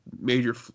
major